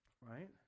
right